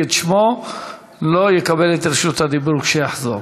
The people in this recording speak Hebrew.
את שמו לא יקבל את רשות הדיבור כשיחזור.